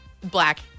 Black